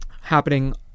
happening